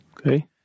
Okay